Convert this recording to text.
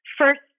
first